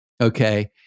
Okay